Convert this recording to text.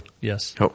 yes